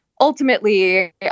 ultimately